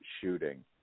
shooting